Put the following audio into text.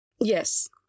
Yes